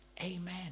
Amen